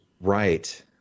Right